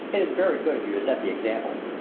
it is very good of you to set the example,